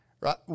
Right